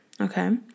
okay